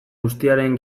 guztiaren